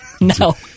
No